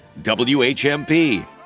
WHMP